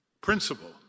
principle